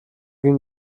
ging